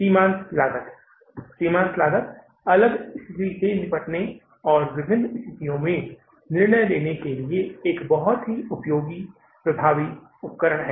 सीमांत लागत सीमांत लागत अलग स्थिति से निपटने और विभिन्न स्थितियों में निर्णय लेने के लिए एक बहुत ही उपयोगी प्रभावी उपकरण है